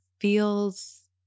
feels